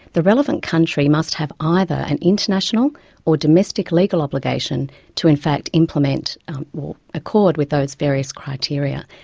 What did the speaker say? the relevant country must have either an international or domestic legal obligation to in fact implement or accord with those various criteria.